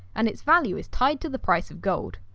and its value is tied to the price of gold.